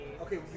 Okay